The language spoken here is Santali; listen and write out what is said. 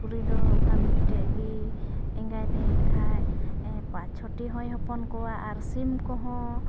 ᱥᱩᱠᱨᱤᱫᱚ ᱚᱱᱠᱟ ᱢᱤᱫᱴᱮᱱ ᱜᱮ ᱮᱸᱜᱟᱭ ᱛᱮᱦᱮᱱ ᱠᱷᱟᱱ ᱯᱟᱸᱪᱼᱪᱷᱚᱴᱤ ᱦᱚᱸᱭ ᱦᱚᱯᱚᱱ ᱠᱚᱣᱟ ᱟᱨ ᱥᱤᱢᱠᱚᱦᱚᱸ